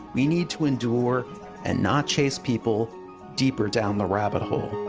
we need to endure and not chase people deeper down the rabbit hole.